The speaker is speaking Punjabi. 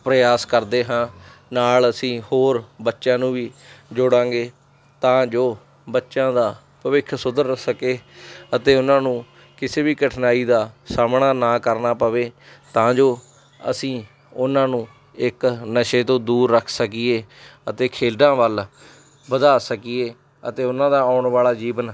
ਪਰਿਆਸ ਕਰਦੇ ਹਾਂ ਨਾਲ ਅਸੀਂ ਹੋਰ ਬੱਚਿਆਂ ਨੂੰ ਵੀ ਜੋੜਾਂਗੇ ਤਾਂ ਜੋ ਬੱਚਿਆਂ ਦਾ ਭਵਿੱਖ ਸੁਧਰ ਸਕੇ ਅਤੇ ਉਹਨਾਂ ਨੂੰ ਕਿਸੇ ਵੀ ਕਠਿਨਾਈ ਦਾ ਸਾਹਮਣਾ ਨਾ ਕਰਨਾ ਪਵੇ ਤਾਂ ਜੋ ਅਸੀਂ ਉਹਨਾਂ ਨੂੰ ਇੱਕ ਨਸ਼ੇ ਤੋਂ ਦੂਰ ਰੱਖ ਸਕੀਏ ਅਤੇ ਖੇਡਾਂ ਵੱਲ ਵਧਾ ਸਕੀਏ ਅਤੇ ਉਹਨਾਂ ਦਾ ਆਉਣ ਵਾਲਾ ਜੀਵਨ